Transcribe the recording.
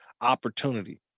opportunity